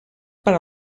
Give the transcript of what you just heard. per